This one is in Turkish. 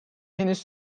henüz